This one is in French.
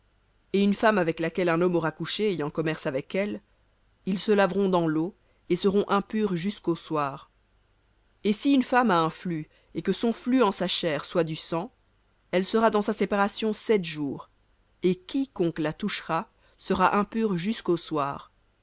et une femme avec laquelle un homme aura couché ayant commerce avec elle ils se laveront dans l'eau et seront impurs jusqu'au soir et si une femme a un flux et que son flux en sa chair soit du sang elle sera dans sa séparation sept jours et quiconque la touchera sera impur jusqu'au soir